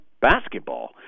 basketball